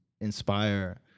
inspire